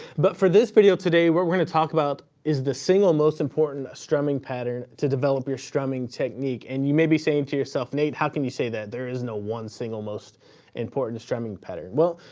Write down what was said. but for this video today, what we're gonna talk about, is the single, most important strumming pattern to develop your strumming technique. and you may be saying to yourself nate, how can you say that? there is no one, single, most important strumming pattern. well,